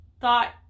thought